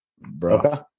bro